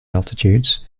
altitudes